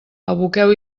aboqueu